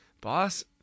boss